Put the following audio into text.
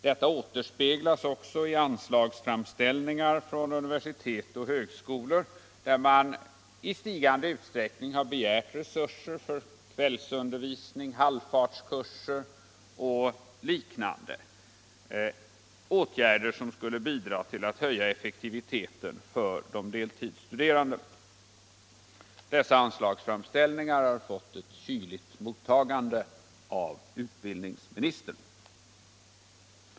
Detta återspeglas också i anslagsframställningar från universitet och högskolor, där man i ökande utsträckning har begirt resurser för kvällsundervisning, halvfartskurser och liknande åtgärder, som skulle bidra till att höja effektiviteten för de deltidsstuderande. Dessa anslagsframstiällningar har fått ett kyligt mottagande av utbildningsministern.